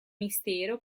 mistero